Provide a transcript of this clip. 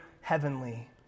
heavenly